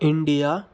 India